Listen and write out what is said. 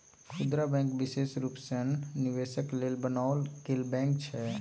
खुदरा बैंक विशेष रूप सँ निवेशक लेल बनाओल गेल बैंक छै